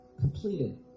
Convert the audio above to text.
completed